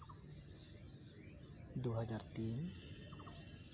ᱫᱩᱦᱟᱡᱟᱨ ᱛᱤᱱ